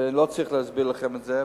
ולא צריך להסביר לכם את זה,